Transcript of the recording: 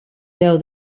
veu